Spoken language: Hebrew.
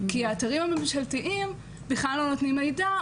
כי האתרים הממשלתיים בכלל לא נותנים מידע,